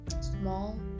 Small